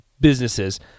businesses